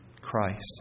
Christ